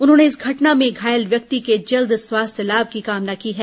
उन्होंने इस घटना में घायल व्यक्ति के जल्द स्वास्थ्य लाम की कामना की है